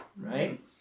right